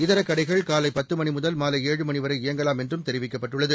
இதரகடைகள் காலைபத்துமணிமுதல் மாலை ஏழு ஏழு மணிவரை இயங்கலாம் என்றும் தெரிவிக்கப்பட்டுள்ளது